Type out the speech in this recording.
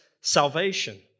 salvation